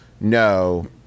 No